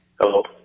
Hello